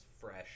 fresh